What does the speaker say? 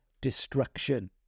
destruction